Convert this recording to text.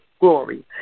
glory